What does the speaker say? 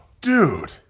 dude